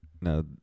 No